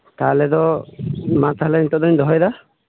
ᱛᱟᱦᱚᱞᱮ ᱫᱚ ᱢᱟ ᱛᱟᱦᱚᱞᱮ ᱱᱤᱛᱚᱜ ᱫᱚᱹᱧ ᱦᱚᱦᱚᱭᱮᱫᱟ